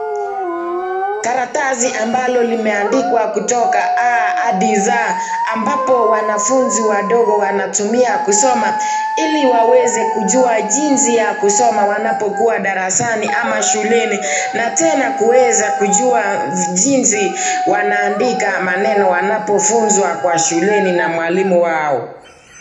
Karatasi ambalo limeandikwa kutoka A hadi Z, ambapo wanafunzi wadogo wanatumia kusoma, iliwaweze kujua jinsi ya kusoma wanapokuwa darasani ama shuleni, na tena kuweze kujua jinsi wanaandika maneno shuleni wanapofunzwa kwa shuleni na mwalimu wao.